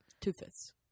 Two-fifths